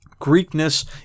Greekness